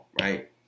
right